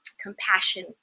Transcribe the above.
compassion